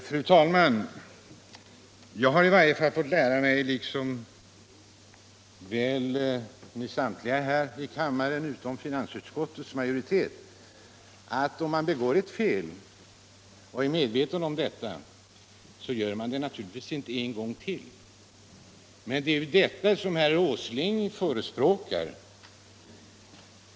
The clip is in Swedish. Fru talman! Jag har i varje fall fått lära mig, liksom väl samtliga här i kammaren utom finansutskottets majoritet, att om man gör ett fel och är medveten om detta, så gör man naturligtvis inte om det misstaget. Men det är detta som herr Åsling förespråkar.